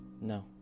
No